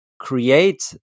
Create